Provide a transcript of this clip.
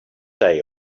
day